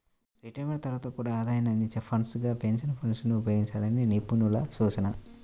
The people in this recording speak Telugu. రిటైర్మెంట్ తర్వాత కూడా ఆదాయాన్ని అందించే ఫండ్స్ గా పెన్షన్ ఫండ్స్ ని ఉపయోగించాలని నిపుణుల సూచన